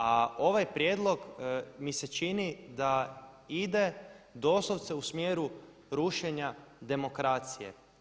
A ovaj prijedlog mi se čini da ide doslovce u smjeru rušenja demokracije.